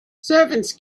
servants